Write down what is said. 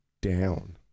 down